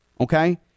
Okay